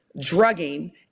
drugging